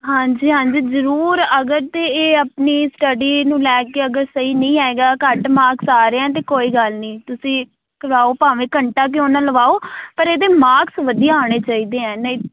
ਹਾਂਜੀ ਹਾਂਜੀ ਜ਼ਰੂਰ ਅਗਰ ਤਾਂ ਇਹ ਆਪਣੀ ਸਟੱਡੀ ਨੂੰ ਲੈ ਕੇ ਅਗਰ ਸਹੀ ਨਹੀਂ ਹੈਗਾ ਘੱਟ ਮਾਰਕਸ ਆ ਰਹੇ ਆ ਤਾਂ ਕੋਈ ਗੱਲ ਨਹੀਂ ਤੁਸੀਂ ਕਰਵਾਓ ਭਾਵੇਂ ਘੰਟਾ ਕਿਉਂ ਨਾ ਲਵਾਓ ਪਰ ਇਹਦੇ ਮਾਰਕਸ ਵਧੀਆ ਆਉਣੇ ਚਾਹੀਦੇ ਹੈ ਨਹੀਂ